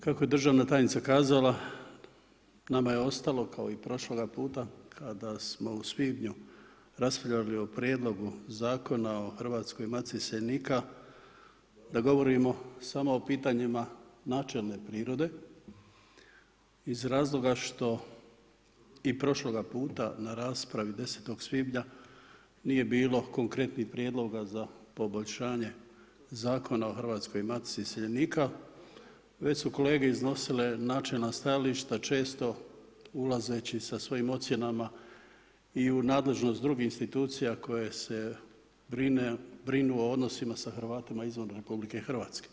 Kako je državna tajnica kazala nama je ostalo kao i prošloga puta kada smo u svibnju raspravljali o Prijedlogu zakona o Hrvatskoj matici iseljenika da govorimo samo o pitanjima načelne prirode iz razloga što i prošloga puta na raspravi 10. svibnja nije bilo konkretnih prijedloga za poboljšanje Zakona o Hrvatskoj matici iseljenika već su kolege iznosile načelna stajališta često ulazeći sa svojim ocjenama i u nadležnost drugih institucija koje se brinu o odnosima sa Hrvatima izvan RH.